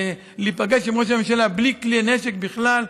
להיפגש עם ראש הממשלה בלי כלי נשק בכלל.